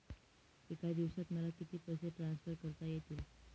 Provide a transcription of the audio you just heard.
एका दिवसात मला किती पैसे ट्रान्सफर करता येतील?